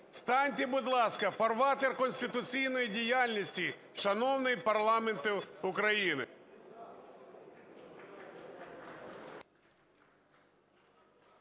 Станьте, будь ласка, в фарватер конституційної діяльності, шановний парламенте України.